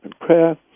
Prayer